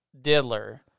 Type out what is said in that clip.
diddler